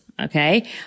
okay